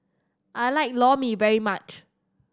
I like Lor Mee very much